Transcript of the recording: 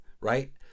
right